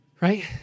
right